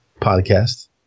podcast